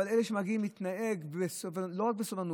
אבל אל אלה שמגיעים יש להתנהג לא רק בסובלנות,